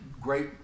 great